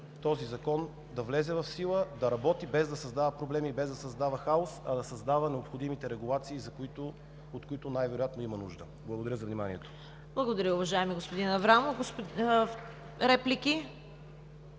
този закон да влезе в сила, да работи, без да създава проблеми, без да създава хаос, а да създава необходимите регулации, от които най-вероятно има нужда. Благодаря за вниманието. (Ръкопляскания от ДПС.)